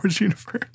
universe